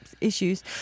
issues